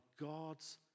God's